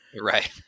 Right